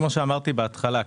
כמו שאמרתי בהתחלה,